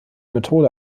methode